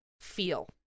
feel